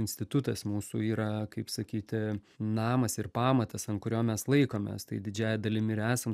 institutas mūsų yra kaip sakyti namas ir pamatas ant kurio mes laikomės tai didžiąja dalimi ir esam